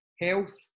health